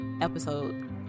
episode